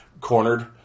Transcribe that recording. cornered